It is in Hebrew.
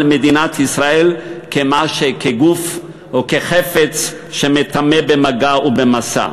מדינת ישראל כגוף או כחפץ שמטמא במגע ובמשא.